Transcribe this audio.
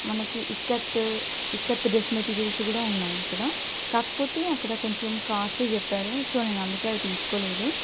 మనకి ikat ikat dress materials కూడా ఉన్నాయి అక్కడ కాకపోతే అక్కడ కొంచెం కాస్ట్లీ చెప్పారు సో నేను అందుకే తీసుకోలేదు